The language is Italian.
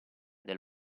del